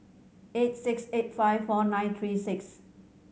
eight six eight five four nine three six